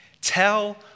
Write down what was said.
Tell